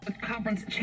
Conference